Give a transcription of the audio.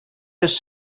his